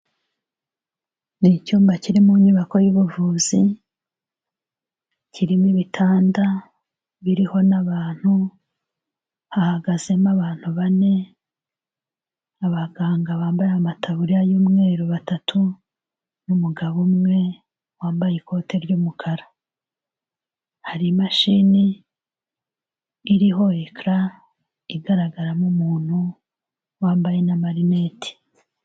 Ni icyumba kiri mu nyubako y'ubuvuzi, kirimo ibitanda biriho n'abantu, hahagazemo abantu bane, abaganga bambaye amataburiya y'umweru batatu n'umugabo umwe wambaye ikote ry'umukara, hari imashini iriho ekara igaragaramo umuntu wambaye n'amarineti.